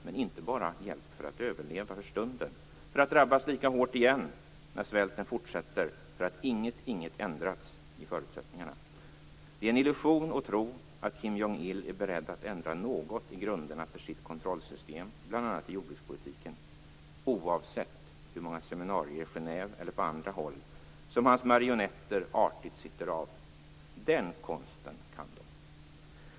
Men inte bara hjälp för att överleva för stunden, för att drabbas lika hårt igen när svälten fortsätter för att inget - inget - ändrats i förutsättningarna. Det är en illusion att tro att Kim Jong-Il är beredd att ändra något i grunderna för sitt kontrollsystem bl.a. i jordbrukspolitiken, oavsett hur många seminarier i Genève eller på andra håll som hans marionetter artigt sitter av. Den konsten kan de.